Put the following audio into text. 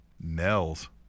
Nels